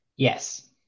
Yes